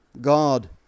God